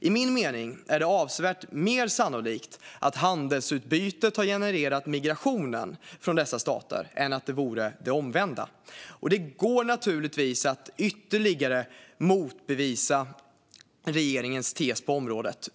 I min mening är det avsevärt mer sannolikt att handelsutbytet har genererat migrationen från dessa stater än det omvända förhållandet. Det går naturligtvis att ytterligare motbevisa regeringens tes.